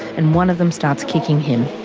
and one of them starts kicking him.